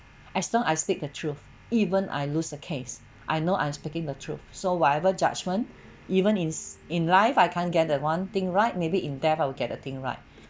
as long I speak the truth even I lose a case I know I'm speaking the truth so whatever judgment even is in life I can't get that one thing right maybe in death I would get the thing right